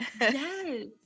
Yes